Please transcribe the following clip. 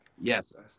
Yes